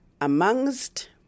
amongst